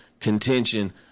contention